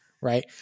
Right